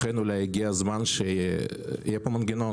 לכן אולי הגיע הזמן שיהיה מנגנון